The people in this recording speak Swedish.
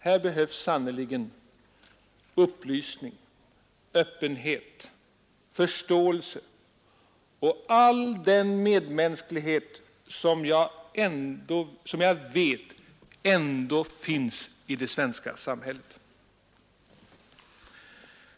Här behövs sannerligen upplysning, öppenhet, förståelse och all den medmänsklighet som jag vet ändock finns i dagens svenska samhälle.